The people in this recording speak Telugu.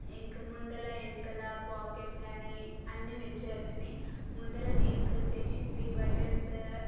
ఇంకా ముందర వెనకల పాకెట్స్ కానీ అన్నీ మంచిగా వచ్చినాయి ముందర జీన్స్కి వచ్చేసి త్రీ బటన్స్